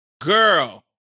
girl